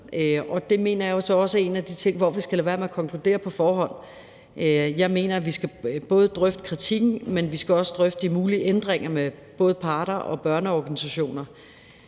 det mener jeg jo så også er en af de ting, hvor vi skal lade være med at konkludere på forhånd. Jeg mener, at vi både skal drøfte kritikken, men også drøfte de mulige ændringer med både parter og børneorganisationer,